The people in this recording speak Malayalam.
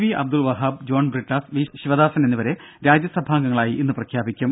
വി അബ്ദുൾ വഹാബ് ജോൺ ബ്രിട്ടാസ് വി ശിവദാസൻ എന്നിവരെ രാജ്യസഭാംഗങ്ങളായി ഇന്ന് പ്രഖ്യാപിക്കും